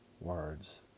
words